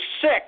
sick